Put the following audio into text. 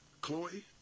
Chloe